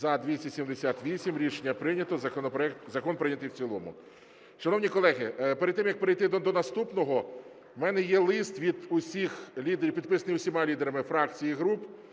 За-278 Рішення прийнято. Закон прийнятий в цілому. Шановні колеги, перед тим як перейти до наступного, у мене є лист від усіх, підписаний усіма лідерами фракцій і груп.